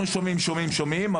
אנחנו שומעים שומעים שומעים,